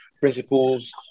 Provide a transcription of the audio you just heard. principles